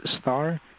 star